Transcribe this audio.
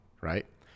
right